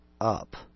up